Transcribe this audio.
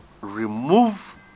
remove